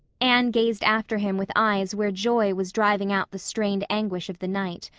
anne gazed after him with eyes where joy was driving out the strained anguish of the night.